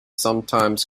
sometimes